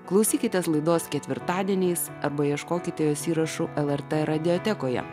klausykitės laidos ketvirtadieniais arba ieškokite jos įrašų lrt radiją teko ją